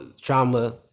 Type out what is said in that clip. trauma